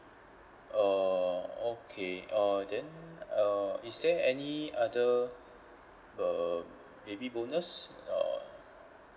uh okay uh then uh is there any other um baby bonus uh